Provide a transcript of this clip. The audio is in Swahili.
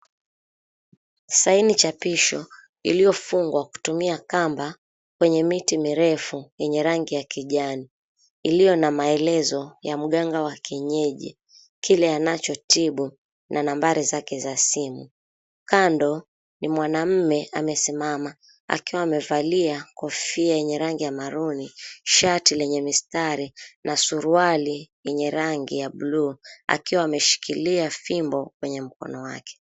Saini chapisho iliyofungwa kutumia kamba kwenye miti mirefu yenye rangi ya kijani iliyo na maelezo ya mganga wa kienyeji, kile anachotibu na nambari zake za simu. Kando ni mwanaume amesimama akiwa amevalia kofia yenye rangi ya maruni, shati lenye mistari na suruali yenye rangi ya blue akiwa ameshikilia fimbo kwenye mkono wake.